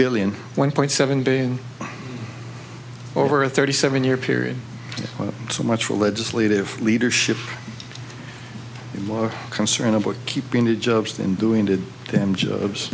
billion one point seven billion over a thirty seven year period so much for legislative leadership and more concern about keeping the jobs than doing the job